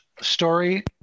story